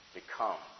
Become